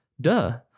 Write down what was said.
Duh